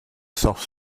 soft